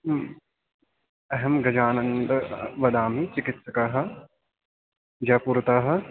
अहम् गजानन्दः वदामि चिकित्सकः जयपुरतः